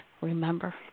remember